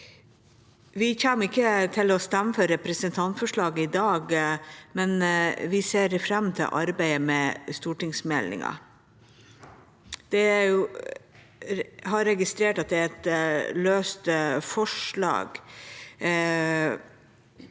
Vi kommer ikke til å stemme for representantforslaget i dag, men ser fram til arbeidet med stortingsmeldinga. Jeg har registrert at det er et løst forslag.